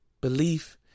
belief